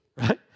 right